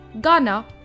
Ghana